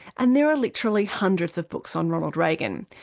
and there are literally hundreds of books on ronald reagan.